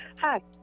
Hi